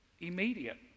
Immediate